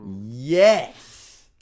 Yes